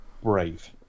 brave